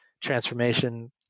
transformation